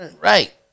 right